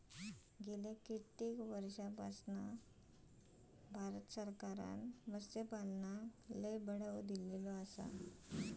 गेल्या कित्येक वर्षापासना भारत सरकारने मत्स्यपालनाक लय बढावो दिलेलो आसा